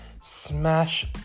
smash